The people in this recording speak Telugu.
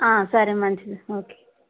సరే మంచిది ఓకే